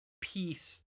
Peace